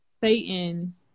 Satan